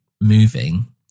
moving